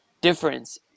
difference